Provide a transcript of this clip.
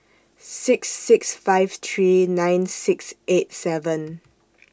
six six five three nine six eight seven